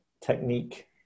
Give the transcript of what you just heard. technique